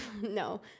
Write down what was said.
No